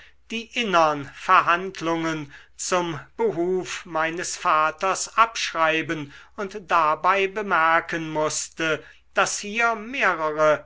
die innern verhandlungen zum behuf meines vaters abschreiben und dabei bemerken mußte daß hier mehrere